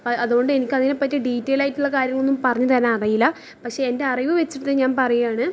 അതുകൊണ്ട് എനിക്ക് അതിനെ പറ്റി ഡീറ്റൈൽഡ് ആയിട്ടുള്ള കാര്യങ്ങളൊന്നും പറഞ്ഞ് തരാൻ അറിയില്ല പക്ഷേ എൻ്റെ അറിവ് വച്ചിട്ട് ഞാൻ പറയുകയാണ്